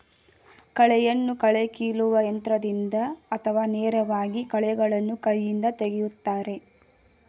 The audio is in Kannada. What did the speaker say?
ಕಳೆಯನ್ನು ಕಳೆ ಕೀಲುವ ಯಂತ್ರದಿಂದ ಅಥವಾ ನೇರವಾಗಿ ಕಳೆಗಳನ್ನು ಕೈಯಿಂದ ತೆಗೆಯುತ್ತಾರೆ